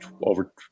over